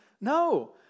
No